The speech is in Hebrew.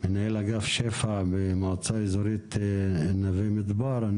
מנהל אגף שפ"ע במועצה אזורית נווה מדבר,